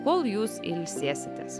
kol jūs ilsėsitės